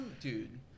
dude